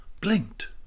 blinked